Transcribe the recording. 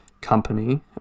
company